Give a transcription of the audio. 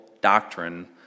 doctrine